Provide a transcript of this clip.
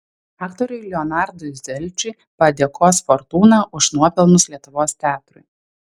aktoriui leonardui zelčiui padėkos fortūna už nuopelnus lietuvos teatrui